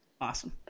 Awesome